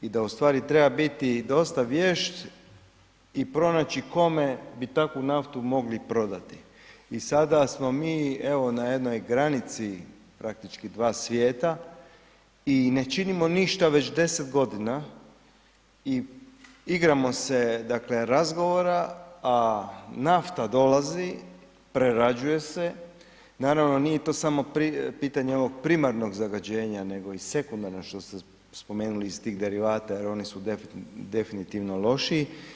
I da u stvari treba biti i dosta vješt i pronaći kome bi takvu naftu mogli prodati i sada smo mi, evo, na jednoj granici, praktički dva svijeta i ne činimo ništa već 10 godina i igramo se, dakle razgovora, a nafta dolazi, prerađuje se, naravno nije to samo pitanje ovog primarnog zagađenja, nego i sekundarno, što ste spomenuli iz tih derivata, oni su definitivno lošiji.